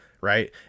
right